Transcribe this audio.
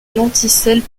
lenticelles